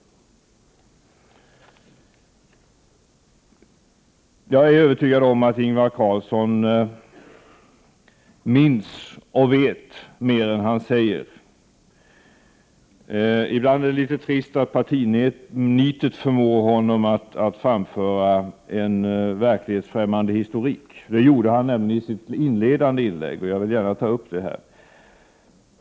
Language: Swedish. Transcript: Jag är övertygad om att Ingvar Carlsson minns och vet mer än han säger. Ibland är det litet trist att partinitet förmår honom att framföra en verklighetsfrämmande historik. Det gjorde han nämligen i sitt inledande inlägg, och jag vill gärna ta upp det här.